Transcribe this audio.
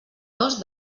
dos